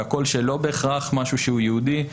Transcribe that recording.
לא בהכרח משהו שהוא יהודי,